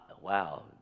Wow